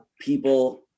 people